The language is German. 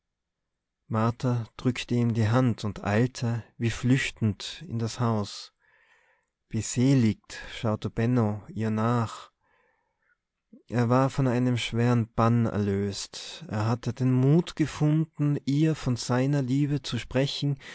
drückte ihm die hand und eilte wie flüchtend in das haus beseligt schaute benno ihr nach er war von einem schweren bann erlöst er hatte den mut gefunden ihr von seiner liebe zu sprechen